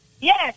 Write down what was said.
Yes